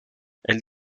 elle